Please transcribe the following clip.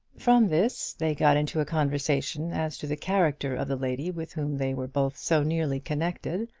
from this they got into a conversation as to the character of the lady with whom they were both so nearly connected,